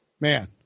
Man